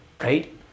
Right